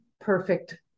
perfect